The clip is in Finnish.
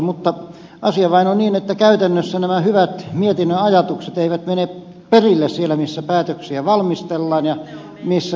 mutta asia vain on niin että käytännössä nämä hyvät mietinnön ajatukset eivät mene perille siellä missä päätöksiä valmistellaan ja missä tehdään